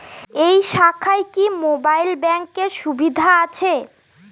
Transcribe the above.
এই শাখায় কি মোবাইল ব্যাঙ্কের সুবিধা আছে?